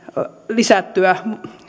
lisättyä